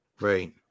Right